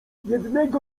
jednego